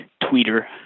tweeter